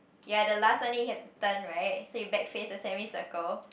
ya the last one then you have to turn right so you back face the semi circle